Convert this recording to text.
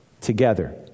together